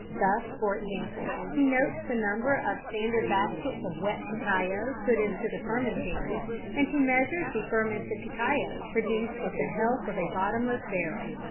thus, for example, he notes the number of standard baskets of wet cacao put into the fermentary, and he measures the fermented cacao produced with the help of a bottomless barrel.